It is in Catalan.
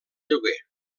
lloguer